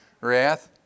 wrath